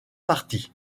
parties